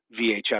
VHS